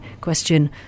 question